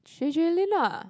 J J Lin lah